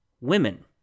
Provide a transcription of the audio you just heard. Women